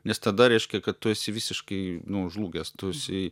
nes tada reiškia kad tu esi visiškai nu žlugęs tu esi